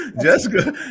Jessica